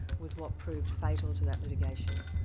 was what proved fatal to that litigation.